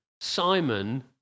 Simon